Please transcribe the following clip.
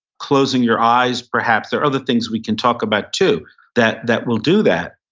closing your eyes perhaps. there are other things we can talk about too that that will do that.